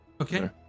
okay